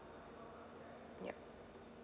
yup